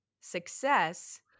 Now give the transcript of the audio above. success